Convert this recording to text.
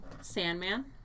Sandman